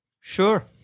Sure